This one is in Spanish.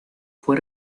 fue